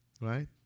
Right